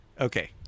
Okay